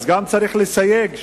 אז גם צריך לסייג,